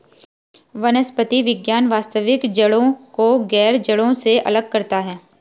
वनस्पति विज्ञान वास्तविक जड़ों को गैर जड़ों से अलग करता है